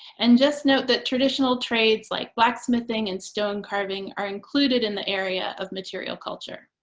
and just note that traditional trades like blacksmithing and stone carving are included in the area of material culture.